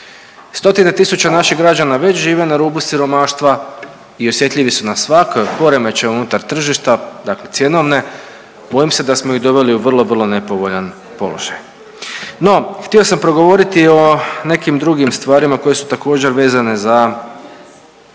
Stotine tisuća naših građana već žive na rubu siromaštva i osjetljivi su na svaki poremećaj unutar tržišta, dakle cjenovne. Bojim se da smo ih doveli u vrlo, vrlo nepovoljan položaj. No, htio sam progovoriti o nekim drugim stvarima koje su također vezane za